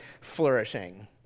flourishing